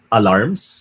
alarms